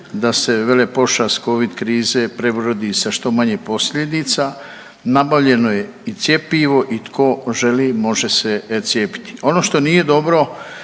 da se velepošast Covid krize prebrodi sa što manje posljedica. Nabavljeno je i cjepivo i tko želi može se cijepiti. Ono što nije dobro